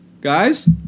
guys